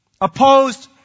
Opposed